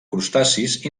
crustacis